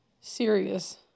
serious